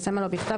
בסמל או בכתב,